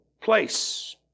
place